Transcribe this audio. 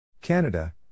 Canada